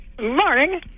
Morning